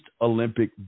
Olympic